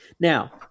Now